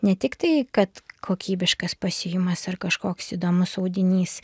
ne tik tai kad kokybiškas pasiuvimas ar kažkoks įdomus audinys